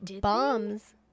bombs